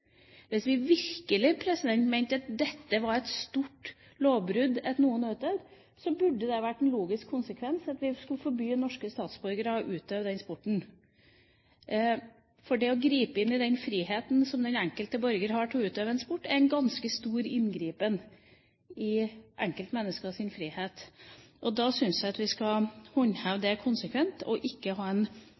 Hvis vi virkelig mente at det var et stort lovbrudd at noen utøvde dette, burde det vært en logisk konsekvens at vi skulle forby norske statsborgere å utøve den sporten. Det å gripe inn i den friheten som den enkelte borger har til å utøve en sport, er en ganske stor inngripen i enkeltmenneskets frihet. Da syns jeg at vi skal håndheve det konsekvent, og ikke ha en